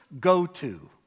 go-to